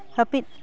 ᱦᱟᱹᱯᱤᱫ